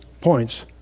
points